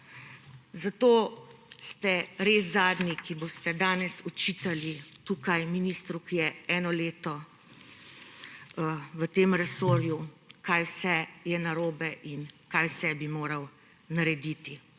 Zato ste res zadnji, ki boste danes očitali tukaj ministru, ki je eno leto v tem resorju, kaj vse je narobe in kaj vse bi moral narediti.